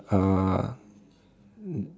uh